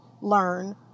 learn